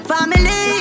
Family